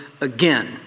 again